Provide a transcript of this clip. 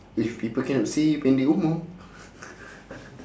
if people cannot see pendek umur